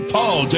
Paul